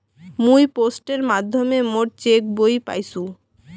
মুই পোস্টের মাধ্যমে মোর চেক বই পাইসু